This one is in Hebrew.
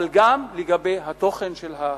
אבל גם לגבי התוכן של ההצעה,